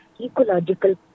Ecological